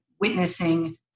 witnessing